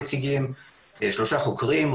נציגים חיצוניים שיושבים בתוך המוסד שעליו הם אמורים לפקח.